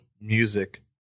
music